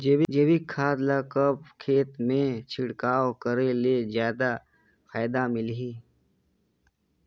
जैविक खाद ल कब खेत मे छिड़काव करे ले जादा फायदा मिलही?